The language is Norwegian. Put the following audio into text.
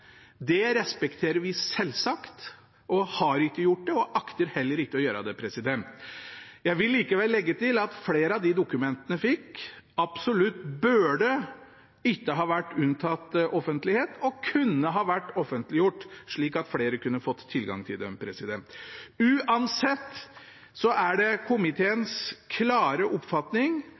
Det respekterer vi selvsagt. Vi har ikke gjort det og akter heller ikke å gjøre det. Jeg vil likevel legge til at flere av de dokumentene vi fikk, absolutt ikke burde vært unntatt offentlighet og kunne ha vært offentliggjort, slik at flere kunne fått tilgang til dem. Uansett er det komiteens klare oppfatning